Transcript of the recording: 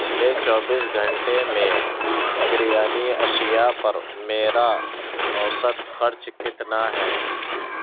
پچھلے چوبیس گھنٹے میں کریانی اشیا پر میرا اوسط خرچ کتنا ہے